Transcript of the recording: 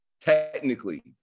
Technically